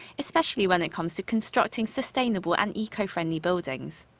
especially when it comes to constructing sustainable and eco-friendly buildings.